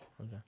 Okay